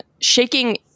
Shaking